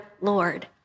Lord